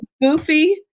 goofy